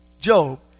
Job